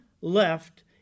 left